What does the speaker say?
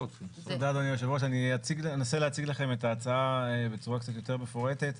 אני אנסה להציג לכם את ההצעה בצורה קצת יותר מפורטת.